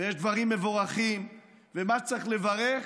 ויש דברים מבורכים, ובמה שצריך לברך,